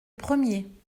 premier